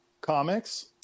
comics